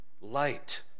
light